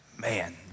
man